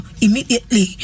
immediately